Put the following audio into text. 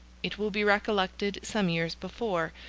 it will be recollected, some years before,